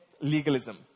legalism